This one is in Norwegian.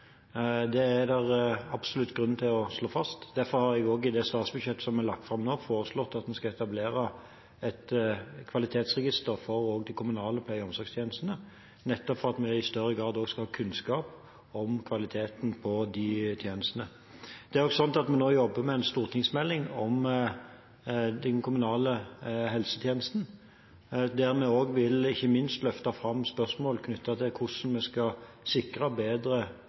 Det er det absolutt grunn til å slå fast. Derfor har jeg også i det statsbudsjettet som er lagt fram nå, foreslått at en skal etablere et kvalitetsregister for de kommunale pleie- og omsorgstjenestene nettopp for at vi i større grad da skal ha kunnskap om kvaliteten på de tjenestene. Vi jobber nå med en stortingsmelding om den kommunale helsetjenesten, der vi ikke minst vil løfte fram spørsmål knyttet til hvordan vi skal sikre bedre